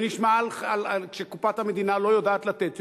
ונשמע שקופת המדינה לא יודעת לתת יותר,